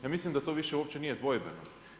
Ja mislim da to više uopće nije dvojbeno.